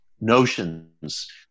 notions